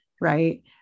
right